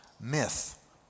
myth